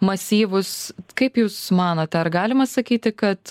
masyvūs kaip jūs manote ar galima sakyti kad